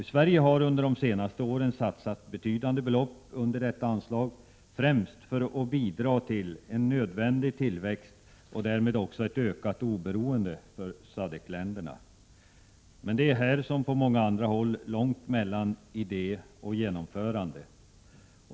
Sverige har under de senaste åren satsat betydande belopp under detta anslag främst för att bidra till nödvändig tillväxt och därmed ett ökat oberoende för SADCC-länderna. Men här som på många andra håll är det långt mellan idé och genomförande.